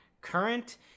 current